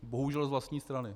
Bohužel z vlastní strany.